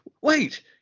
wait